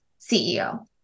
CEO